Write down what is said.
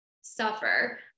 suffer